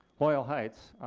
loyal heights.